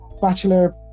bachelor